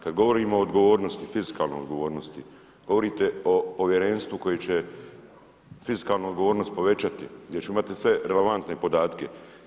Kada govorimo o odgovornosti, fiskalnoj odgovornosti govorite o povjerenstvu koje će fiskalnu odgovornost povećati gdje ćemo imati sve relevantne podatke.